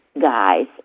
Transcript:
guys